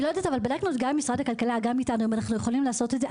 אני לא יודעת אבל בדקנו גם עם משרד הכלכלה אם אנחנו יכולים לעשות את זה,